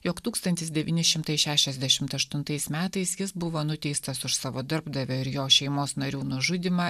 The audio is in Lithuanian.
jog tūkstantis devyni šimtai šešiasdešimt aštuntais metais jis buvo nuteistas už savo darbdavio ir jo šeimos narių nužudymą